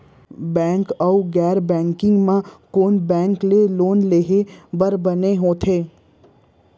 Bank अऊ गैर banking म कोन बैंक ले लोन लेहे बर बने होथे?